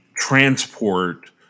transport